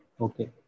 Okay